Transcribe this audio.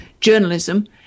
journalism